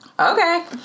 Okay